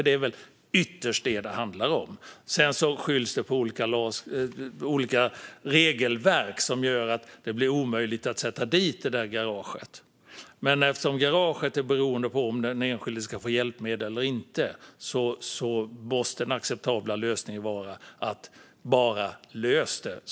Det är väl ytterst vad det handlar om, även om det sedan skylls på olika regelverk som gör att det blir omöjligt att sätta dit det där garaget. Men eftersom garaget är beroende av om den enskilde ska få hjälpmedel eller inte måste det enda acceptabla vara att lösa detta.